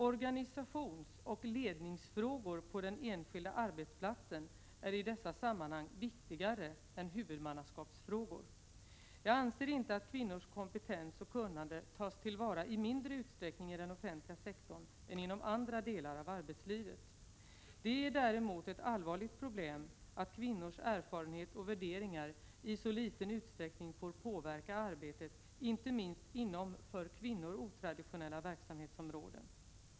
Organisationsoch ledningsfrågor på den enskilda arbetsplatsen är i dessa sammanhang viktigare än huvudmannaskapsfrågor. Jag anser inte att kvinnors kompetens och kunnande tas till vara i mindre utsträckning i den offentliga sektorn än inom andra delar av arbetslivet. Det är däremot ett allvarligt problem att kvinnors erfarenheter och värderingar i så liten utsträckning får påverka arbetet inte minst inom för kvinnor otraditionella verksamhetsområden.